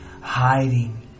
Hiding